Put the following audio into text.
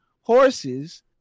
horses